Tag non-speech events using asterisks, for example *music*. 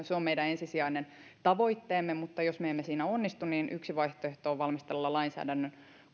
*unintelligible* se on meidän ensisijainen tavoitteemme mutta jos me emme siinä onnistu niin yksi vaihtoehto on valmistella lainsäädännön